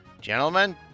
Gentlemen